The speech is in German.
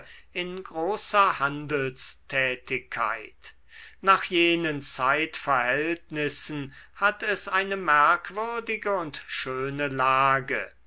in großer handelstätigkeit nach jenen zeitverhältnissen hat es eine merkwürdige und schöne lage